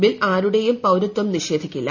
bill ആരുടെയും പൌരത്വം നിഷേധിക്കില്ല